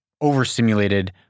overstimulated